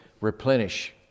Replenish